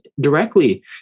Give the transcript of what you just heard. directly